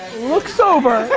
looks over,